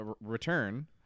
return